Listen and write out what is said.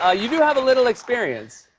ah you do have a little experience?